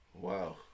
Wow